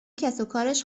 کسوکارش